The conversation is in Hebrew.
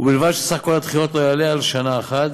ובלבד שסך הדחיות לא יעלה על שנה אחת,